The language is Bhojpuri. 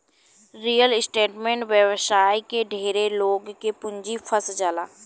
रियल एस्टेट व्यवसाय में ढेरे लोग के पूंजी फंस जाला